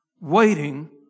Waiting